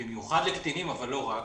במיוחד לקטינים אבל לא רק.